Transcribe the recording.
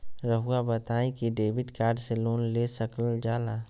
रहुआ बताइं कि डेबिट कार्ड से लोन ले सकल जाला?